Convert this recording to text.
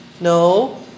No